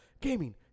Gaming